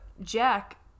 Jack-